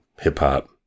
hip-hop